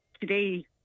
today